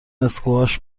اسکواش